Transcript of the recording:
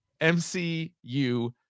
MCU